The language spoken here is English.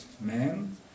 man